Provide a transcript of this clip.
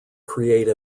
create